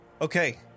Okay